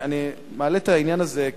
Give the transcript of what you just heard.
אני מעלה את העניין הזה,